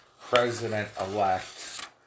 president-elect